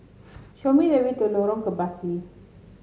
show me the way to Lorong Kebasi